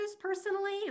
personally